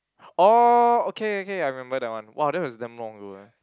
orh okay okay I remember that one !wah! that was damn long ago eh